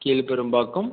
Keezhperumbakkam